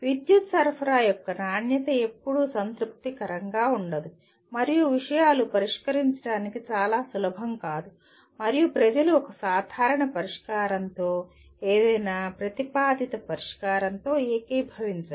విద్యుత్ సరఫరా యొక్క నాణ్యత ఎప్పుడూ సంతృప్తికరంగా ఉండదు మరియు విషయాలు పరిష్కరించడానికి చాలా సులభం కాదు మరియు ప్రజలు ఒక సాధారణ పరిష్కారంతో ఏదైనా ప్రతిపాదిత పరిష్కారంతో ఏకీభవించరు